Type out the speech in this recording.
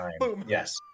yes